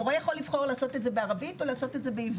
המורה יכול לבחור אם לעשות את זה בעברית או לעשות את זה בעברית.